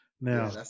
Now